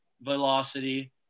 velocity